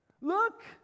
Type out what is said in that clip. Look